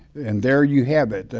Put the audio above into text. and there you have it,